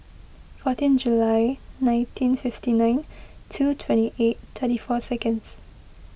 fourteen July nineteen fifty nine two twenty eight thirty four seconds